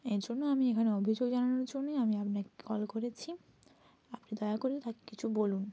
এই জন্য আমি এখানে অভিযোগ জানানোর জন্যই আমি আপনাকে কল করেছি আপনি দয়া করে তাক কিছু বলুন